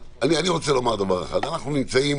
אנחנו נמצאים